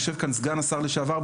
יושב כאן סגן השר לשעבר,